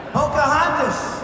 Pocahontas